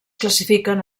classifiquen